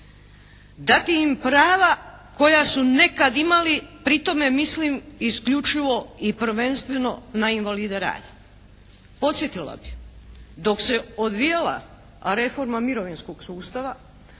Dati im prava koja su nekad imali, pri tome mislim isključivo i prvenstveno na invalide rada. Podsjetila bih dok se odvijala reforma mirovinskog sustava